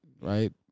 right